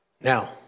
Now